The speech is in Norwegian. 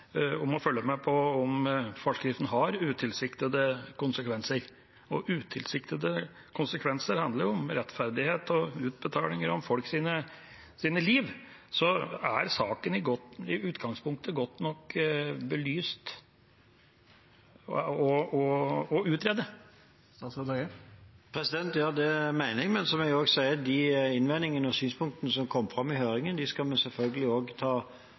om å følge med på om forskriften har «utilsiktede konsekvenser». Utilsiktede konsekvenser handler jo om rettferdighet, utbetalinger og om folks liv. Er saken i utgangspunktet godt nok belyst og utredet? Ja, det mener jeg. Men, som jeg også sier, de innvendingene og synspunktene som kom fram i høringen, skal vi selvfølgelig være nøye med å ta